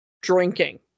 drinking